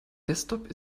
desktop